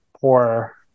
poor